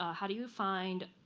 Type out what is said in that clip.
ah how do you find